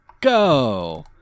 go